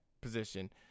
position